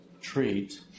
treat